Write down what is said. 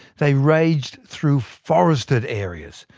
they raged through forested areas,